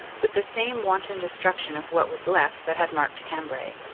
with the same wan ton destruction of what was left that had marked cambrai.